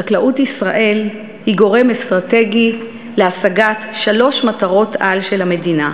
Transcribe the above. חקלאות ישראל היא גורם אסטרטגי להשגת שלוש מטרות-על של המדינה: